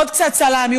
עוד קצת סלמי,